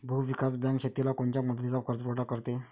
भूविकास बँक शेतीला कोनच्या मुदतीचा कर्जपुरवठा करते?